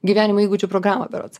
gyvenimo įgūdžių programą berods